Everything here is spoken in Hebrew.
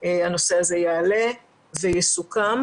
הנושא הזה יעלה ויסוכם.